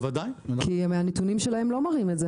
כי מהנתונים שלהם לא מראים את זה?